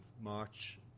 March